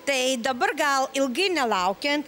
tai dabar gal ilgai nelaukiant